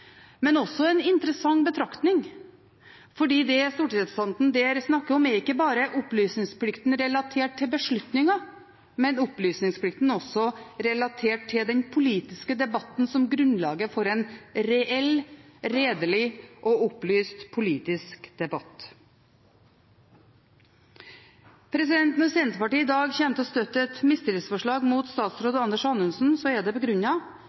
men også en interessant betraktning. For det stortingsrepresentanten der snakker om, er ikke bare opplysningsplikten relatert til beslutninger, men opplysningsplikten også relatert til den politiske debatten – som grunnlaget for en reell, redelig og opplyst politisk debatt. Når Senterpartiet i dag kommer til å støtte et mistillitsforslag mot statsråd Anders Anundsen, er det